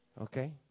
Okay